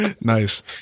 Nice